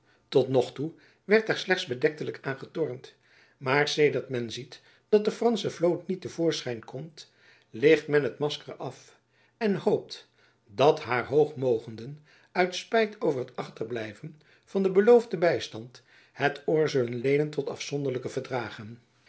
tot nog toe werd daar slechts bedektelijk aan getornd maar sedert men ziet dat de fransche vloot niet te voorschijn komt licht men het masker af en hoopt dat haar hoog mogenden uit spijt over het achterblijven van den beloofden bystand het oor zullen leenen tot afzonderlijke verdragen